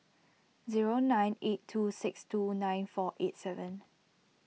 zero nine eight two six two nine four eight seven